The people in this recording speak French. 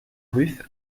ruf